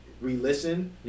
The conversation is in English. re-listen